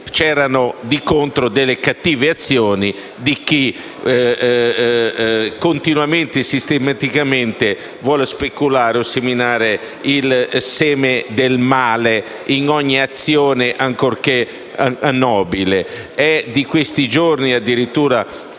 c'erano di contro delle cattive azioni da parte di chi, continuamente e sistematicamente, vuole speculare o seminare il seme del male in ogni azione, ancorché nobile. È di questi giorni addirittura